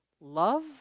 love